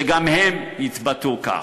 שגם הם יתבטאו כך.